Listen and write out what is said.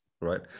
right